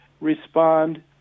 respond